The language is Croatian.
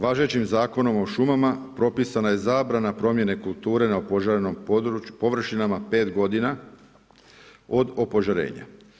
Važećim Zakonom o šumama propisana je zabrana promjene kulture na opožarenim površinama 5 godina od opožarenja.